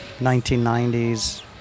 1990s